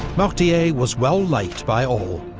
mortier was well liked by all,